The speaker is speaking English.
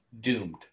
doomed